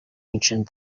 ancient